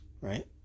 Right